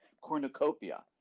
cornucopia